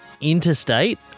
interstate